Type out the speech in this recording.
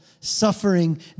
suffering